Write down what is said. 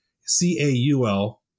C-A-U-L